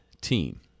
team